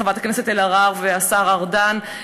חברת הכנסת אלהרר והשר ארדן,